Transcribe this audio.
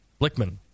Blickman